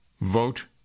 vote